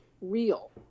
real